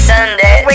Sunday